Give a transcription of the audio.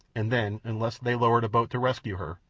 and then, unless they lowered a boat to rescue her,